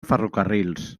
ferrocarrils